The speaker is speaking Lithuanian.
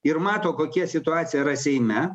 ir mato kokia situacija yra seime